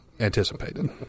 Anticipated